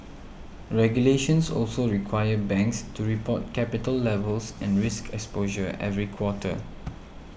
regulations also require banks to report capital levels and risk exposure every quarter